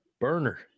burner